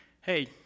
hey